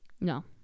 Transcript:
No